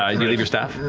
ah you leave your staff?